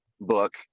book